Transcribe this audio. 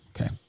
Okay